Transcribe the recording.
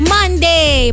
Monday